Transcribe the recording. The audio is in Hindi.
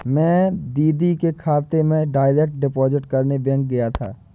मैं दीदी के खाते में डायरेक्ट डिपॉजिट करने बैंक गया था